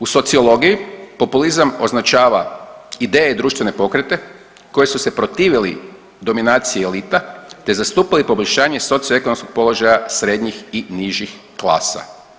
U sociologiji populizam označava ideje i društvene pokrete koji su se protivili dominaciji elita, te zastupali poboljšanje socioekonomskog položaja srednjih i nižih klasa.